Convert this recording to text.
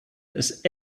ist